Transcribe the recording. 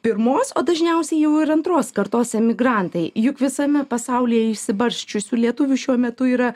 pirmos o dažniausiai jau ir antros kartos emigrantai juk visame pasaulyje išsibarsčiusių lietuvių šiuo metu yra